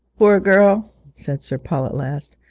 poor girl said sir paul at last,